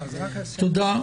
תודה.